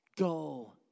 go